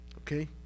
Okay